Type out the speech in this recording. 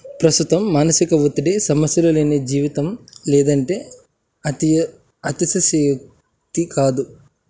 ప్రస్తుతం మానసిక ఒత్తిడి సమస్యలు లేని జీవితం లేదు అంటే అతిశయోక్తి కాదు